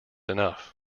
enough